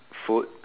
food